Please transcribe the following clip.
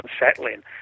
unsettling